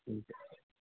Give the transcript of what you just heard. ठीक आहे